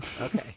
Okay